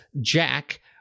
Jack